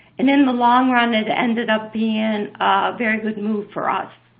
and in the long run it ended up being a very good move for us.